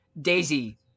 Daisy